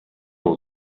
all